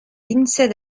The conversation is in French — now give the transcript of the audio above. lindsay